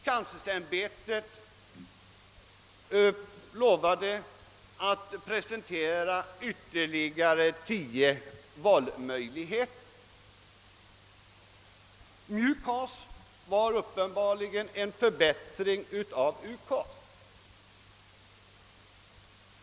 Kanslersämbetet lovade däri att presentera ytterligare tio valmöjligheter. MJUKAS var uppenbarligen en förbättring av UKAS.